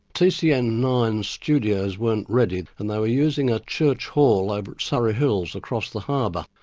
tcn nine studios weren't ready and they were using a church hall over at surry hills across the harbour.